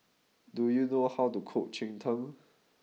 do you know how to cook Cheng Tng